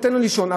ניתן לו לישון,